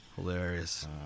Hilarious